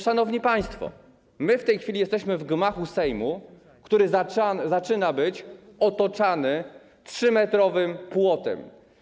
Szanowni państwo, w tej chwili jesteśmy w gmachu Sejmu, który zaczyna być otaczany 3-metrowym płotem.